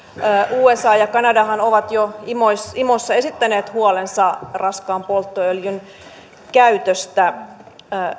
usa ja kanadahan ovat jo imossa imossa esittäneet huolensa raskaan polttoöljyn käytöstä